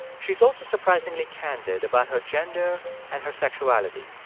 she's also surprisingly candid about her gender and her sexuality.